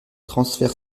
transfère